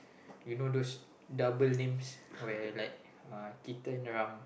you know those double names where like uh Keaton